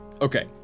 Okay